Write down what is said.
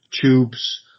Tubes